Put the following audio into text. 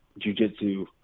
jujitsu